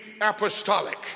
apostolic